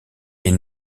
est